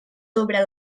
sobre